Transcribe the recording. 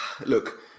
Look